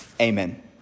amen